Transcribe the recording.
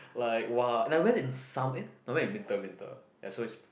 like [wah] and I went in sum~ eh I went in winter winter ya so it's